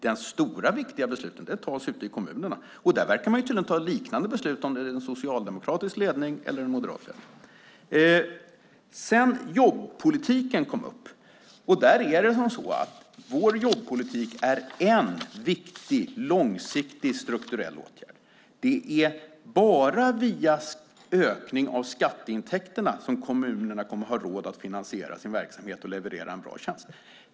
De stora viktiga besluten tas ute i kommunerna, och där verkar man ta liknande beslut oavsett om det är socialdemokratisk eller moderat ledning. Jobbpolitiken kom upp. Vår jobbpolitik är en viktig långsiktig strukturell åtgärd. Det är bara via ökning av skatteintäkterna som kommunerna kommer ha råd att finansiera sin verksamhet och leverera en bra tjänst.